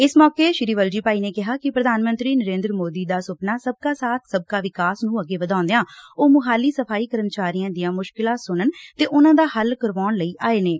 ਇਸ ਮੋਕੇ ਸ੍ਰੀ ਵਲਜੀ ਭਾਈ ਨੇ ਕਿਹਾ ਕਿ ਪ੍ਰਧਾਨ ਮੰਤਰੀ ਨਰਿੰਦਰ ਮੋਦੀ ਦਾ ਸੁਪਨਾ ਸਭ ਕਾ ਸਾਬ ਸਭ ਕਾ ਵਿਕਾਸ ਨੰ ਅੱਗੇ ਵਧਾਉਦਿਆਂ ਉਹ ਮੁਹਾਲੀ ਸਫ਼ਾਈ ਕਰਮਚਾਰੀਆਂ ਦੀਆਂ ਮੁਸ਼ਕਲਾਂ ਸੁਣਨ ਤੇ ਉਨਾਂ ਦਾ ਹੱਲ ਕਰਵਾਉਣ ਲਈ ਆਏ ਨੇਂ